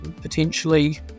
Potentially